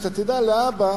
שאתה תדע להבא,